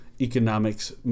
economics